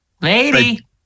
Lady